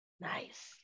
Nice